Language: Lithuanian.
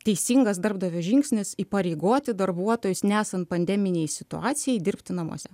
teisingas darbdavio žingsnis įpareigoti darbuotojus nesant pandeminei situacijai dirbti namuose